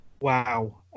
Wow